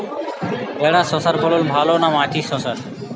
ভেরার শশার ফলন ভালো না মাটির শশার?